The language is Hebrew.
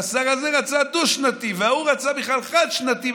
השר הזה רצה דו-שנתי וההוא רצה בכלל חד-שנתי,